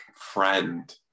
friend